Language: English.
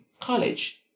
college